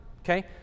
okay